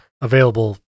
available